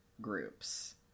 groups